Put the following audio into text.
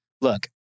Look